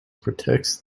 protects